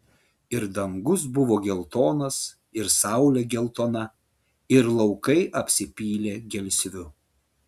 ir dangus buvo geltonas ir saulė geltona ir laukai apsipylė gelsviu